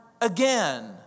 again